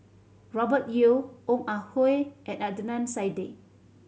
Robert Yeo Ong Ah Hoi and Adnan Saidi